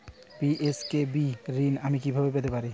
BSKB ঋণ আমি কিভাবে পেতে পারি?